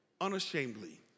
unashamedly